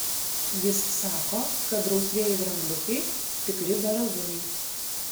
jis sako kad rausvieji drambliukai tikri berazumiai